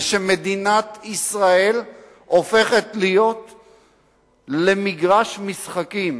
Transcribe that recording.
זה שמדינת ישראל הופכת למגרש משחקים,